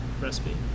recipe